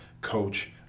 coach